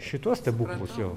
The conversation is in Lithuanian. šituos stebuklus jau